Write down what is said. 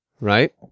right